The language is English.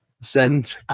send